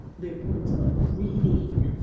their points of reading,